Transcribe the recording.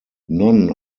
none